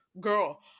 Girl